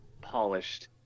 polished